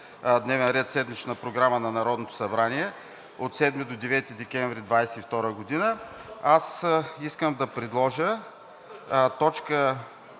дневен ред – седмична Програма на Народното събрание 7 – 9 декември 2022 г., аз искам да предложа точка